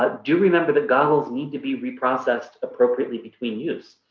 ah do remember that goggles need to be reprocessed appropriately between use.